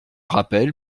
rappel